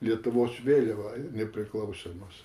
lietuvos vėliava nepriklausomos